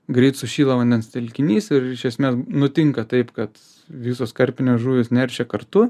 greit sušyla vandens telkinys ir iš esmės nutinka taip kad visos karpinės žuvys neršia kartu